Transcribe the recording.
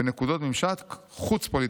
בנקודות ממשק חוץ-פוליטיות,